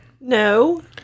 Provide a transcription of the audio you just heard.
No